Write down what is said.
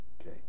okay